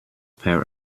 per